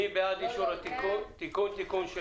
מי בעד אישור תיקון תיקון 6?